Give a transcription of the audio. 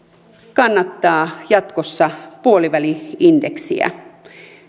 kannattaa jatkossa puoliväli indeksiä